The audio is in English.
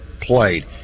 played